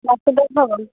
Basudev Bhavan